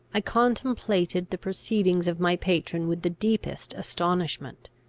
i contemplated the proceedings of my patron with the deepest astonishment.